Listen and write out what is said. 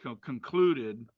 concluded